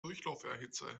durchlauferhitzer